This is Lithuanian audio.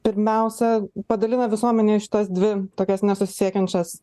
pirmiausia padalina visuomenę į šitas dvi tokias nesusisiekiančias